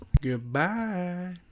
Goodbye